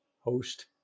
host